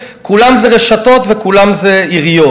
כולם זה רשתות וכולם זה עיריות.